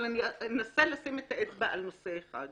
אבל אני אנסה לשים את האצבע על נושא אחד.